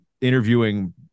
interviewing